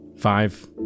Five